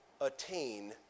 attain